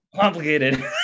complicated